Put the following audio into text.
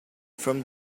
from